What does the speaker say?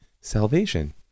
salvation